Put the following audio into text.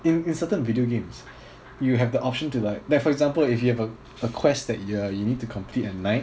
in in certain video games you have the option to like like for example if you have a quest that you are you need to complete at night